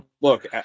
Look